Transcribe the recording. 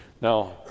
Now